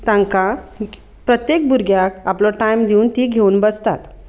तांकां प्रत्येक भुरग्याक आपलो टायम दिवन ती घेवन बसतात